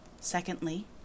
Secondly